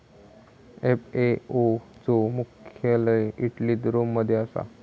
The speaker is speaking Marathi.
एफ.ए.ओ चा मुख्यालय इटलीत रोम मध्ये असा